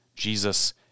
Jesus